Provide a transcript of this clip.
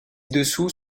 dessous